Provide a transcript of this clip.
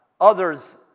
Others